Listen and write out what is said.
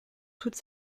toute